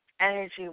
energy